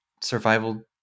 survival